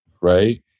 right